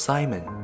Simon